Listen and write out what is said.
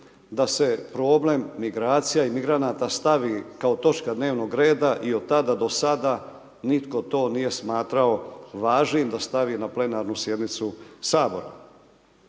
da se problem migracija i migranata stavi kao točka dnevnog reda i od tada do sada nitko to nije smatrao važnim da stavi na plenarnu sjednicu Sabora.